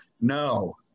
no